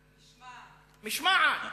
משמעת,